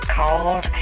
cold